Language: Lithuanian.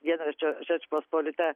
dienraščio žečpospolita